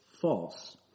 false